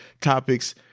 topics